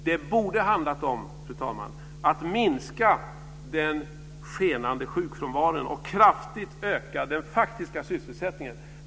Det borde ha handlat om att minska den skenande sjukfrånvaron och kraftigt öka den faktiska sysselsättningen.